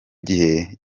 gihe